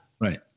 right